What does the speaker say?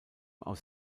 aus